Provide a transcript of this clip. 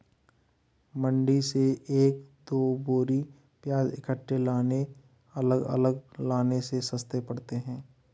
मंडी से एक दो बोरी प्याज इकट्ठे लाने अलग अलग लाने से सस्ते पड़ते हैं